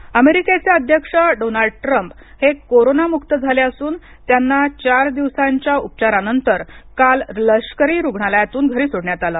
tramp अमेरिकेचे अध्यक्ष Donald Trump हे कोरोना मुक्त झाले असून यांना चार दिवसांच्या उपचार नंतर काल लष्करी रुग्णालयातून घरी सोडण्यात आल